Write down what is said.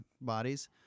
bodies